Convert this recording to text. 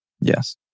Yes